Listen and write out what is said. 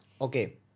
Okay